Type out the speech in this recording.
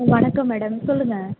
வணக்கம் மேடம் சொல்லுங்க